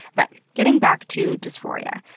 but getting back to dysphoria.